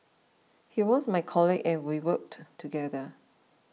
he was my colleague and we worked together